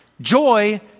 Joy